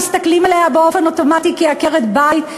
מסתכלים עליה באופן אוטומטי כעקרת-בית,